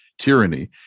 tyranny